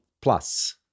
Plus